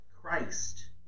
Christ